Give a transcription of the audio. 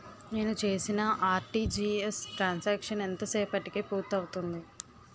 నేను చేసిన RTGS transaction ఎంత సేపటికి పూర్తి అవుతుంది?